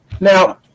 Now